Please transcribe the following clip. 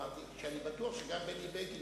אמרתי שאני בטוח שגם בני בגין